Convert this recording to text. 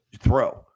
Throw